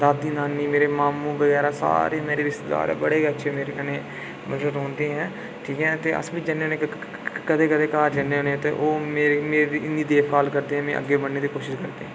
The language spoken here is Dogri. दादी नानी मेरे माम्मू बगैरा सारे गै सारे मेरे रिश्तेदार बड़े गै अच्छे मेरे कन्नै मतलब रौंह्दे ऐं ठीक ऐ ते अस बी जन्ने कदें कदें घर जन्ने होन्ने ते ओह् मेरी इन्नी देख भाल करदे मेरी अग्गै बधने दी कोशश करदे